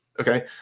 okay